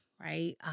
right